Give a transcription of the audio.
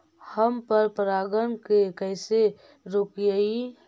हम पर परागण के कैसे रोकिअई?